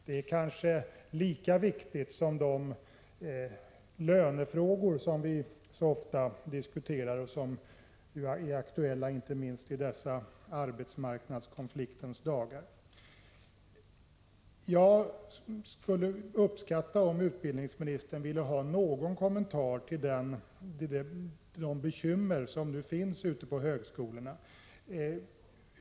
Det är kanske lika viktigt som de lönefrågor är som vi så ofta diskuterar och som är aktuella inte minst i dessa arbetskonfliktens dagar. Jag skulle uppskatta om utbildningsministern något ville kommentera de bekymmer som man ger uttryck för ute på högskolorna.